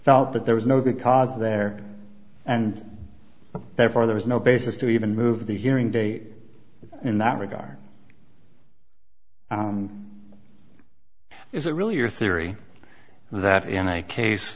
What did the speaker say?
felt that there was no good cause there and therefore there was no basis to even move the hearing date in that regard is it really your theory that in a case